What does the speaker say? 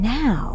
now